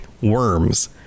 worms